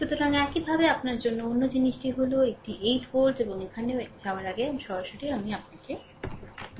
সুতরাং একইভাবে আপনার অন্য জিনিসটি হল এটি 8 ভোল্ট এবং এখানেও এখানে যাওয়ার আগে সরাসরি এখানে আমি আপনাকে জানাব